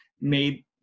made